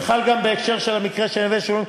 וחל גם בהקשר של המקרה של "נווה שולמית".